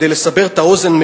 כדי לסבר את האוזן,